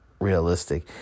realistic